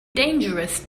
dangerous